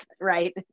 right